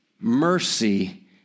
mercy